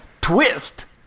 twist